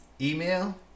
Email